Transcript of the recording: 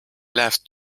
left